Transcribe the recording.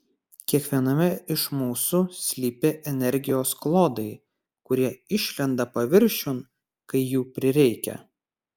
kiekviename iš mūsų slypi energijos klodai kurie išlenda paviršiun kai jų prireikia